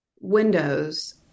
windows